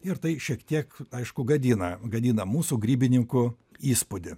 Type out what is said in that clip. ir tai šiek tiek aišku gadina gadina mūsų grybininkų įspūdį